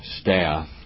staff